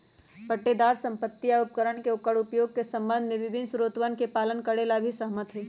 पट्टेदार संपत्ति या उपकरण के ओकर उपयोग के संबंध में विभिन्न शर्तोवन के पालन करे ला भी सहमत हई